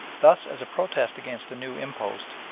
thus, as a protest against a new impost,